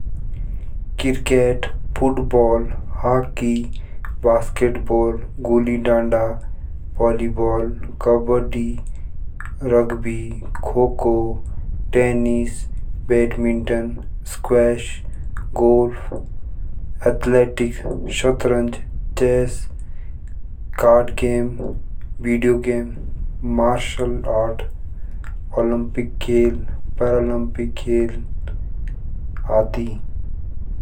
Cricket. Football. Hockey. Basketball. Gulli danda. Kabaddi. राघवी। Kho kho. Tennis. Badminton. Squash. Golf. Athletic. शतरंज। Chess. Card game. Video game. Martial art. Olympic खेल। Paralympic खेल।